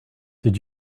did